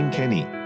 Kenny